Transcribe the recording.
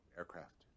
aircraft